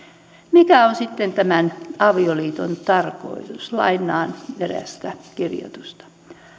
mikä on sitten tämän avioliiton tarkoitus lainaan erästä kirjoitusta